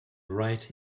right